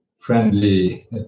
friendly